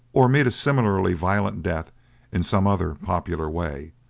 or meet a similarly violent death in some other popular way,